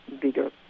bigger